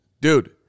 Dude